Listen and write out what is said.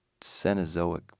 Cenozoic